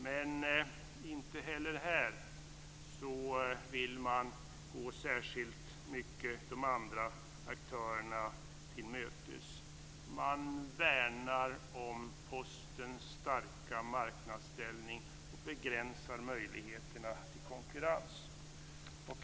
Men inte heller här vill man gå de andra aktörerna särskilt mycket till mötes. Man värnar om Postens starka marknadsställning och begränsar möjligheterna till konkurrens.